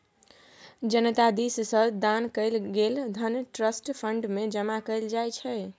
जनता दिस सँ दान कएल गेल धन ट्रस्ट फंड मे जमा कएल जाइ छै